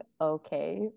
okay